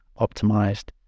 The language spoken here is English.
optimized